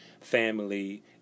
family